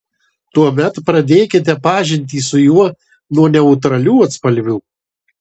tuomet pradėkite pažintį su juo nuo neutralių atspalvių